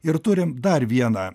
ir turim dar vieną